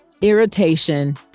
irritation